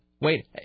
Wait